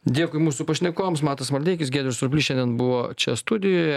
dėkui mūsų pašnekovams matas maldeikis giedrius surplys šiandien buvo čia studijoje